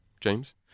James